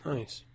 Nice